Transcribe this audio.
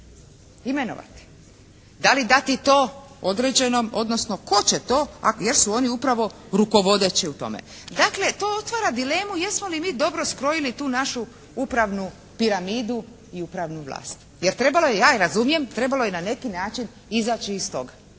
imenovati. Da li dati to određenom, odnosno tko će to jer su oni upravo rukovodeći u tome. Dakle, to otvara dilemu jesmo li mi dobro skrojili tu našu upravnu piramidu i upravnu vlast. Jer trebalo je, ja je razumijem, trebalo je na neki način izaći iz toga.